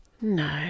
no